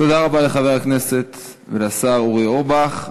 תודה רבה לחבר הכנסת והשר אורי אורבך.